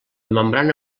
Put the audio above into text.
membrana